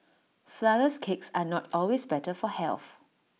Flourless Cakes are not always better for health